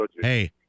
hey